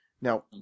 Now